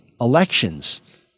elections